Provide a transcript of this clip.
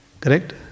Correct